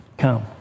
come